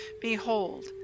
Behold